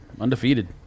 Undefeated